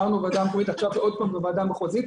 עכשיו זה עוד פעם בוועדה המחוזית.